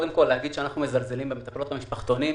להגיד שאנחנו מזלזלים במטפלות במשפחתונים,